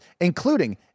including